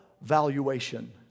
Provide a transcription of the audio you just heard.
valuation